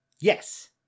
yes